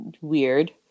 weird